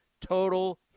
total